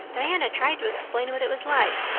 diana tried to explain what it was like,